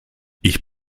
ich